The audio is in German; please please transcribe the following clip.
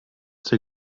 der